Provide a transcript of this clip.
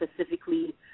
specifically